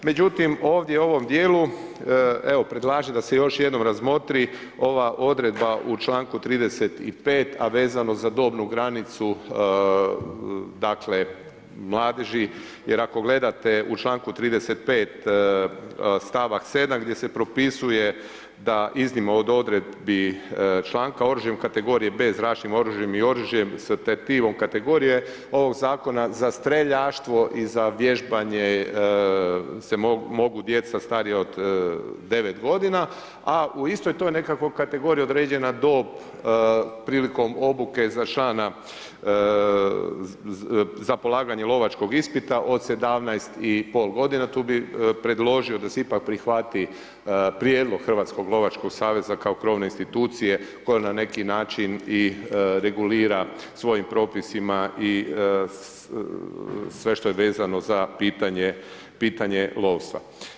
Međutim ovdje u ovom dijelu, evo predlažem da se još jednom razmotri ova odredba u članku 35. a vezano za dobnu granicu dakle mladeži jer ako gledate u članku 35. stavak 7. gdje se propisuje da iznimno od odredbi članka oružjem kategorije B, zračnim oružjem i oružjem sa ... kategorije ovog zakona za streljaštvo i za vježbanje se mogu djeca starija od 9 godina a u istoj toj nekakvoj kategoriji određena dob prilikom obuke za člana, za polaganje lovačkog ispita od 17,5 godina tu bih predložio da se ipak prihvati prijedlog Hrvatskog lovačkog saveza kao krovne institucije koja ne neki način i regulira svojim propisima i sve što je vezano za pitanje lovstva.